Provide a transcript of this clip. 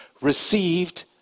received